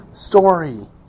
story